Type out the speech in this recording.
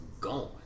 gone